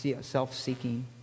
self-seeking